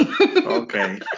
Okay